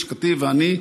לשכתי ואני,